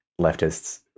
leftists